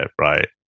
right